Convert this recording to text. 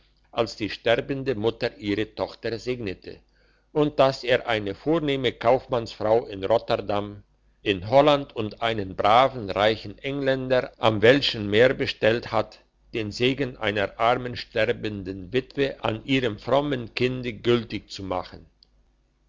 als die sterbende mutter ihre tochter segnete und dass er eine vornehme kaufmannsfrau in rotterdam in holland und einen braven reichen engländer am welschen meere bestellt hat den segen einer armen sterbenden witwe an ihrem frommen kinde gültig zu machen